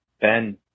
Ben